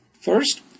First